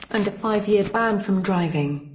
and a five-year ban from driving.